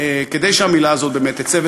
כדי שהמילה הזאת באמת תצא.